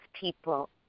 people